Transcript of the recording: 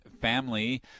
family